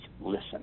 listen